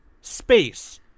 space